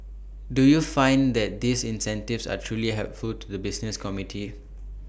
do you find that these incentives are truly helpful to the business community